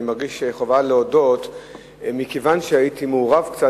אני מרגיש חובה להודות מכיוון שהייתי מעורב קצת,